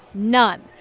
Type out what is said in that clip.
none.